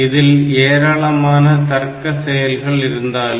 இதில் ஏராளமான தர்க்க செயல்கள் இருந்தாலும்